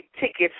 tickets